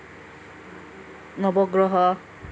নৱগ্ৰহ